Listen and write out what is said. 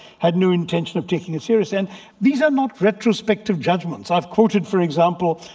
had no intention of taking it serious. and these are not retrospective judgments. i've quoted, for example,